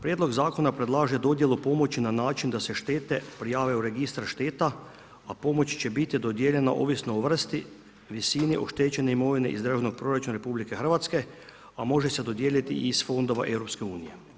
Prijedlog Zakona predlaže dodjelu pomoći na način da se štete prijave u registar šteta, a pomoć će biti dodijeljena ovisno o vrsti, visini oštećene imovine iz državnog proračuna RH, a može se dodijeliti i iz fondova EU.